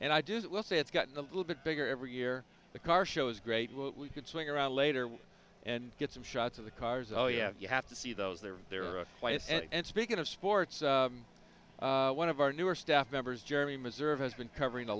and i do that let's say it's gotten a little bit bigger every year the car show is great what we could swing around later and get some shots of the cars oh yeah you have to see those there there are a quiet and speaking of sports one of our newer staff members gerri missouri has been covering a